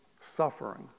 suffering